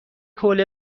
حوله